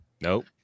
nope